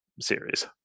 series